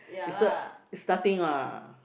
it's a it's nothing lah